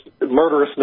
murderousness